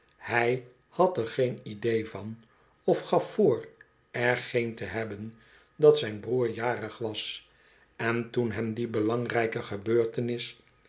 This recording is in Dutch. ij had er geen idee van of gaf voor er geen te hebben dat zijn broer jarig was en toen hem die belangrijke gebeurtenis